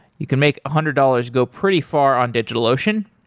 you can make a hundred dollars go pretty far on digitalocean.